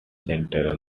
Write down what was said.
centre